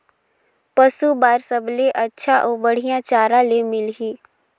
पशु बार सबले अच्छा अउ बढ़िया चारा ले मिलही?